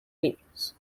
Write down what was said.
libros